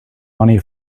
money